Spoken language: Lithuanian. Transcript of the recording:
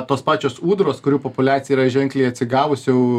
tos pačio ūdros kurių populiacija yra ženkliai atsigavus jau